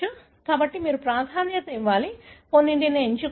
కాబట్టి మీరు ప్రాధాన్యత ఇవ్వాలి కొన్నింటిని ఎంచుకోండి